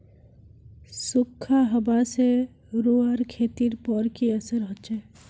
सुखखा हाबा से रूआँर खेतीर पोर की असर होचए?